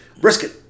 brisket